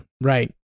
Right